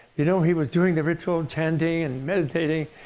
you know he was doing the ritual chanting and meditating,